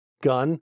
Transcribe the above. gun